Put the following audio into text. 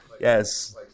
yes